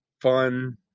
fun